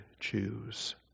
choose